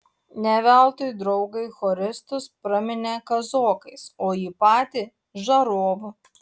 ne veltui draugai choristus praminė kazokais o jį patį žarovu